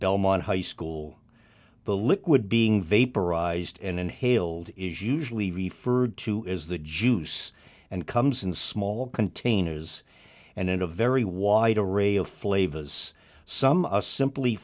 belmont high school the liquid being vaporized and inhaled is usually referred to as the juice and comes in small containers and in a very wide array of flavors some us simply